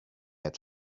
had